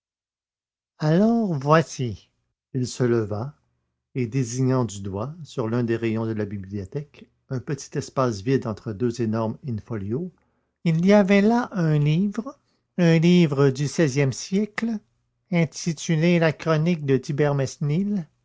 alors voici il se leva et désignant du doigt sur l'un des rayons de la bibliothèque un petit espace vide entre deux énormes in-folios il y avait là un livre un livre du xvie siècle intitulé la chronique de